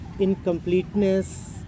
incompleteness